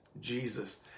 Jesus